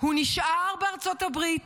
הוא נשאר בארצות הברית,